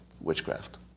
witchcraft